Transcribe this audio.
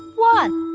one